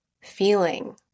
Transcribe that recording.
feeling